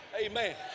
Amen